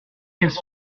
quelles